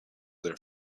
their